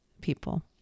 people